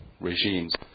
regimes